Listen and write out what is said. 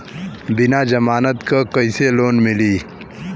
बिना जमानत क कइसे लोन मिली?